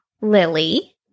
Lily